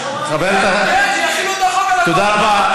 תודה רבה.